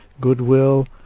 goodwill